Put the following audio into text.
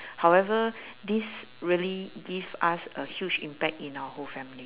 however this really give us a huge impact in our whole family